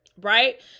right